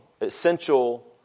essential